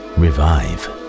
revive